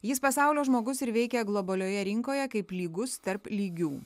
jis pasaulio žmogus ir veikia globalioje rinkoje kaip lygus tarp lygių